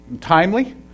timely